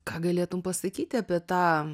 ką galėtum pasakyti apie tą